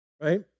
right